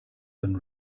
been